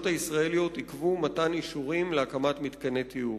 הישראליות עיכבו מתן אישורים להקמת מתקני טיהור.